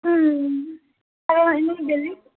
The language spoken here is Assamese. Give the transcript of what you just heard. আৰু অন্য়ত